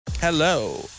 Hello